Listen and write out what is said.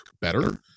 better